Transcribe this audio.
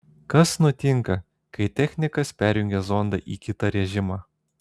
kas nutinka kai technikas perjungia zondą į kitą režimą